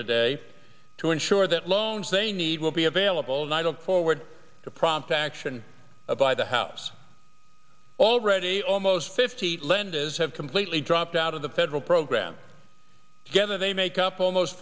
today to ensure that loans they need will be available and i don't forward to prompt action by the house already almost fifty lend is have completely dropped out of the federal program together they make up almost